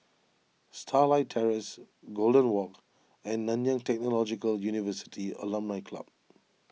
Starlight Terrace Golden Walk and Nanyang Technological University Alumni Club